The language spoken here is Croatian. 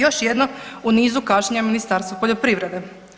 Još jedno u nizu kašnjenja Ministarstva poljoprivrede.